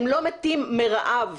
הם לא מתים מרעב.